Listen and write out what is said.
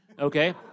okay